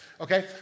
Okay